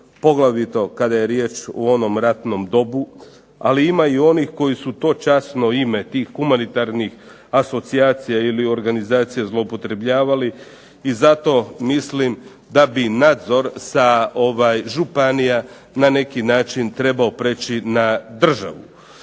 poglavito kada je riječ o onom ratnom dobu. Ali ima i onih koji su to časno ime tih humanitarnih asocijacija ili organizacija zloupotrebljavali i zato mislim da bi nadzor sa županija na neki način trebao preći na državu.